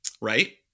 right